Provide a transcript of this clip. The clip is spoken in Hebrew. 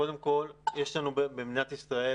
קודם כול, במדינת ישראל